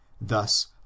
Thus